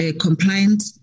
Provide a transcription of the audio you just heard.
compliant